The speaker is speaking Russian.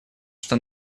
что